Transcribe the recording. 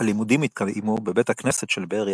הלימודים התקיימו בבית הכנסת של באר יעקב.